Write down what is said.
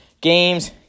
games